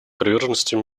приверженностью